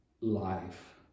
life